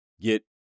get